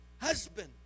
husband